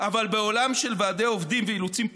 אבל בעולם של ועדי עובדים ואילוצים פוליטיים,